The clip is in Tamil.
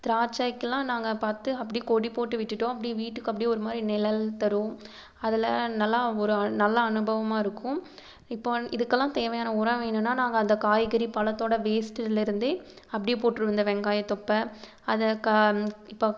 திராட்சைக்கெல்லாம் நாங்கள் பார்த்து அப்படியே கொடி போட்டு விட்டுட்டோம் அப்படியே வீட்டுக்கு அப்படியே ஒரு மாதிரி நிழல் தரும் அதில் நல்லா ஒரு நல்ல அனுபவமாக இருக்கும் இப்போது இதுக்கெல்லாம் தேவையான உரம் வேணும்னா நாங்கள் அந்த காய்கறி பழத்தோட வேஸ்ட்டுலேருந்தே அப்படியே போட்ருவோம் இந்த வெங்காயத் தொப்ப அதை இப்போ